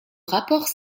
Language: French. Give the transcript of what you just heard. rapports